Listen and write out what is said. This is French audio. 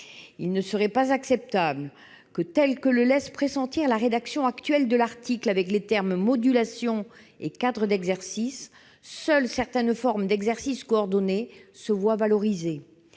Il ne serait pas acceptable que, tel que le laisse pressentir la rédaction actuelle de l'article, avec les termes « modulation » et « cadre d'exercice », seules certaines formes d'exercice coordonné se voient valorisées.